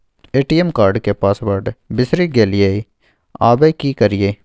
ATM card के password बिसरि गेलियै आबय की करियै?